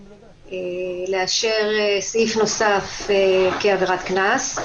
לאשר סעיף נוסף כעבירת קנס.